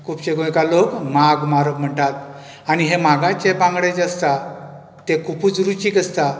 खूबशे गोंयकार लोक माग मारप म्हणटात आनी हे मागाचे बांगडे जे आसता तें खुबूच रुचीक आसता